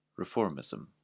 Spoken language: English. Reformism